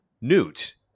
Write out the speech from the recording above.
Newt